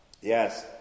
Yes